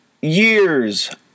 years